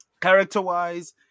Character-wise